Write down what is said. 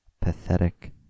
Pathetic